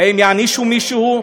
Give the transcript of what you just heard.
האם יענישו מישהו?